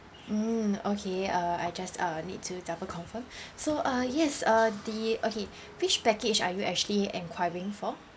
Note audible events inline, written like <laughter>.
mm okay uh I just uh need to double confirm <breath> so uh yes uh the okay which package are you actually enquiring for